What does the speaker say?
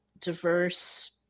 diverse